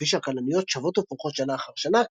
כפי שהכלניות שבות ופורחות שנה אחר שנה,